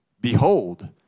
behold